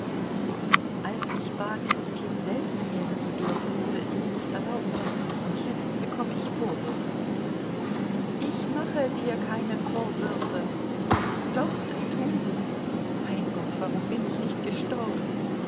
als ich bat das kind selbst nähren zu dürfen wurde es mir nicht erlaubt und jetzt bekomme ich die vorwürfe ich mache dir keine vorwürfe doch das tun sie mein gott warum bin ich nicht gestorben